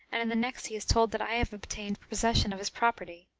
and in the next he is told that i have obtained possession of his property.